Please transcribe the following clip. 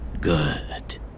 Good